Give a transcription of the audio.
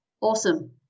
Awesome